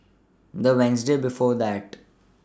The Wednesday before that